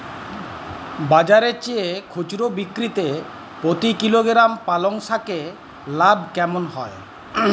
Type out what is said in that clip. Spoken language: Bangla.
বাজারের চেয়ে খুচরো বিক্রিতে প্রতি কিলোগ্রাম পালং শাকে লাভ কেমন হয়?